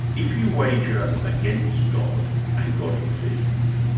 if you wager against god and god exists,